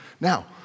Now